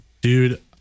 Dude